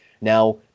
now